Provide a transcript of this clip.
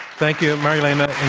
thank you, marielena